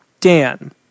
Dan